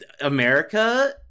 America